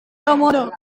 yamada